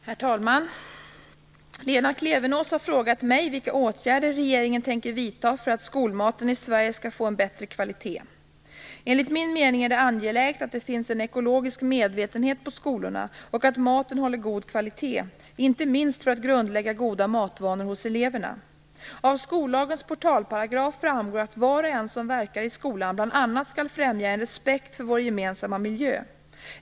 Herr talman! Lena Klevenås har frågat mig vilka åtgärder regeringen tänker vidta för att skolmaten i Sverige skall få en bättre kvalitet. Enligt min mening är det angeläget att det finns en ekologisk medvetenhet på skolorna och att maten håller en god kvalitet, inte minst för att grundlägga goda matvanor hos eleverna. Av skollagens portalparagraf framgår att var och en som verkar i skolan bl.a. skall främja en respekt för vår gemensamma miljö.